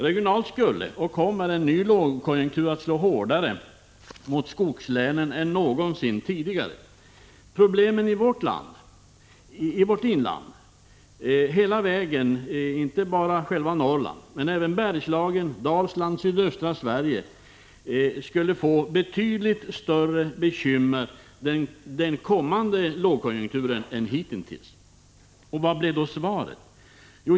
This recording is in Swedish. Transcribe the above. Regionalt kommer en ny lågkonjunktur att slå hårdare mot skogslänen än någonsin tidigare. Vårt inland, inte bara själva Norrland utan även Bergslagen, Dalsland och sydöstra Sverige, skulle få betydligt större bekymmer under den kommande lågkonjunkturen än hitintills. Och vad blev då svaret?